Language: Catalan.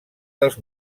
dels